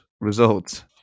Results